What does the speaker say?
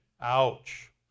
Ouch